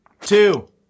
two